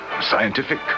scientific